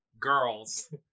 girls